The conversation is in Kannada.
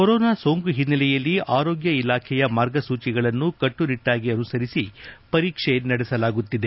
ಕೊರೊನಾ ಸೋಂಕು ಹಿನ್ನೆಲೆಯಲ್ಲಿ ಆರೋಗ್ಯ ಇಲಾಖೆಯ ಮಾರ್ಗಸೂಚಿಗಳನ್ನು ಕಟ್ಟುನಿಟ್ಟಾಗಿ ಅನುಸರಿಸಿ ಪರೀಕ್ಷೆ ನಡೆಸಲಾಗುತ್ತಿದೆ